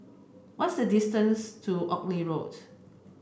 what's the distance to Oxley Road